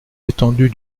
étendu